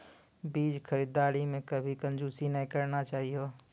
बीज खरीददारी मॅ कभी कंजूसी नाय करना चाहियो